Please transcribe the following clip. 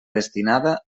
destinada